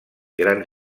grans